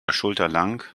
schulterlang